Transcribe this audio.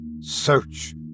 Search